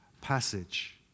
passage